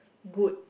good